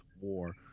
War